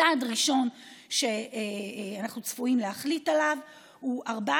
צעד ראשון שאנחנו צפויים להחליט עליו הוא 14